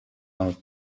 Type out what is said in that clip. all